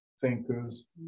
thinkers